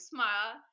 Smile